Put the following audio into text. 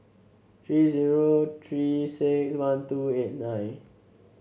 three zero Three six one two eight nine